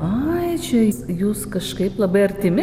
ai čia jūs kažkaip labai artimi